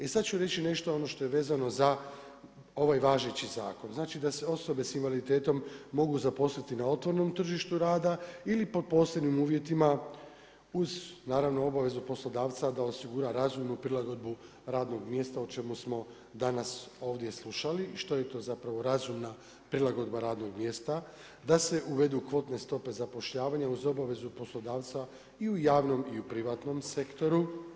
E sada ću reći nešto ono što je vezano za ovaj važeći zakon, znači da se osobe s invaliditetom mogu zaposliti na otvorenom tržištu rada ili pod posebnim uvjetima uz obavezu poslodavca da osigura razumnu prilagodbu radnog mjesta o čemu smo danas ovdje slušali, što je to razumna prilagodba radnog mjesta, da se uvedu kvotne stope zapošljavanja uz obavezu poslodavca i u javnom i u privatnom sektoru.